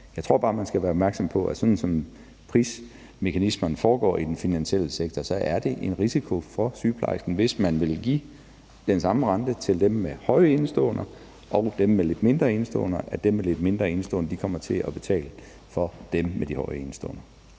Jeg tror bare, man skal være opmærksom på, at der, sådan som prismekanismerne foregår i den finansielle sektor, så er en risiko for sygeplejersken, hvis man vil give den samme rente til dem med høje indeståender og dem med lidt mindre indeståender, altså at dem med de lidt mindre indeståender kommer til at betale for dem med de høje indeståender.